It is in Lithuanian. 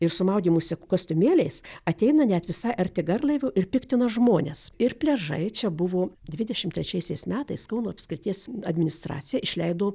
ir su maudymosi kostiumėliais ateina net visai arti garlaivių ir piktina žmones ir pliažai čia buvo dvidešim trečiaisiais metais kauno apskrities administracija išleido